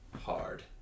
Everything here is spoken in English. hard